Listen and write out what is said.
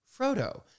Frodo